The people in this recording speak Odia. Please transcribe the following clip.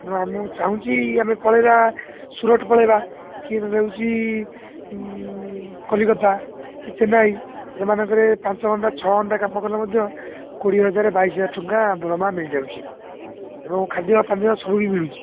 ତ ଆ ମୁଁ ଚାହୁଁଛି ଆମେ ପଳାଇବା ସୁରଟ ପଳାଇବା କି ନହେଲେ ହେଉଛି କଲିକତା କି ଚେନ୍ନାଇ ଏମାନଙ୍କରେ ପାଞ୍ଚ ଘଣ୍ଟା ଛଅ ଘଣ୍ଟା କାମ କଲେ ମଧ୍ୟ କୋଡ଼ିଏ ହଜାର ବାଇଶି ହଜାର ଟଙ୍କା ଦରମା ମିଳିଯାଉଛି ଏବଂ ଖାଦ୍ୟ ପାନୀୟ ସବୁ ବି ମିଳୁଛି